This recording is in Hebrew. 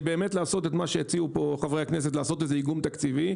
לעשות את מה שהציעו פה חברי הכנסת לעשות איזה איגום תקציבי.